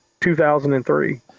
2003